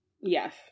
yes